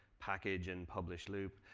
package and publish loop,